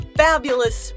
fabulous